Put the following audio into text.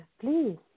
please